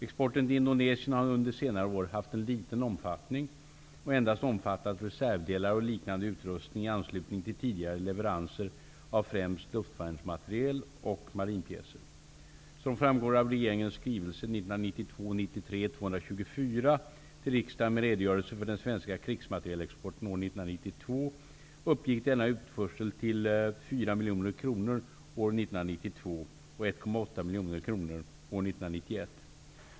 Exporten till Indonesien har under senare år haft en liten omfattning och endast omfattat reservdelar och liknande utrustning i anslutning till tidigare leveranser av främst luftvärnsmateriel och marinpjäser. Som framgår av regeringens skrivelse miljoner kronor år 1991.